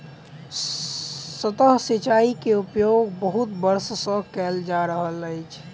सतह सिचाई के उपयोग बहुत वर्ष सँ कयल जा रहल अछि